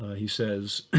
he says,